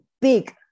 big